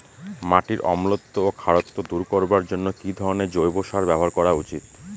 মাটির অম্লত্ব ও খারত্ব দূর করবার জন্য কি ধরণের জৈব সার ব্যাবহার করা উচিৎ?